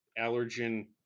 allergen